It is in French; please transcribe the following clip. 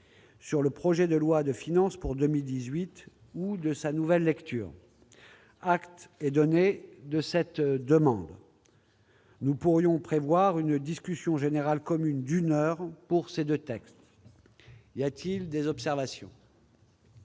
sur le projet de loi de finances pour 2018, ou de sa nouvelle lecture. Acte est donné de cette demande. Nous pourrions prévoir une discussion générale commune d'une heure pour ces deux textes. Y a-t-il des observations ?